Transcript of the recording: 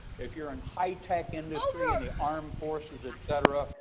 if you're in high tech industry, in the armed forces, et cetera,